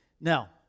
Now